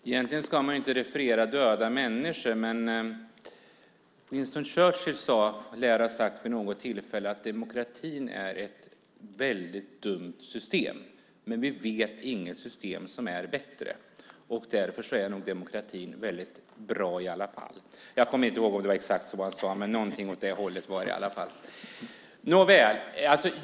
Herr talman! Egentligen ska man inte referera döda människor, men Winston Churchill lär vid något tillfälle ha sagt ungefär följande: Demokratin är ett väldigt dumt system, men vi vet inget system som är bättre, och därför är nog demokratin väldigt bra i alla fall.